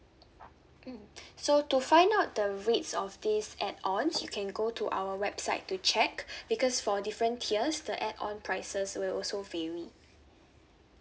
mm so to find out the rates of these add on you can go to our website to check because for different tiers the add on prices will also vary